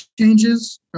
changes